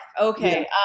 Okay